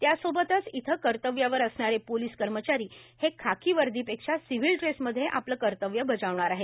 त्यासोबतच येथे कर्तव्यावर असणारे पोलीस कर्मचारी हे खाकीवर्दी पेक्षा सिव्हिल ड्रेसमध्ये आपले कर्तव्य बजावणार आहे